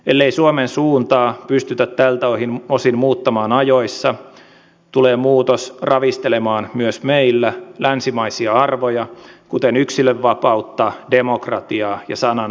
ellei suomen suuntaa pystytä tältä osin muuttamaan ajoissa tulee muutos ravistelemaan myös meillä länsimaisia arvoja kuten yksilönvapautta demokratiaa ja sananvapautta